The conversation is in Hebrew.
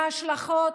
וההשלכות